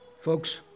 Folks